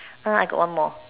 !huh! I got one more